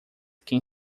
quem